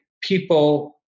people